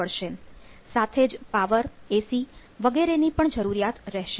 સાથે જ power AC વગેરેની પણ જરૂરિયાત રહેશે